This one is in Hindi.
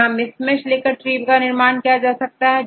यहां मिस्मैचेस लेकर ट्री का निर्माण किया जाता है